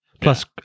Plus